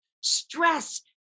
stress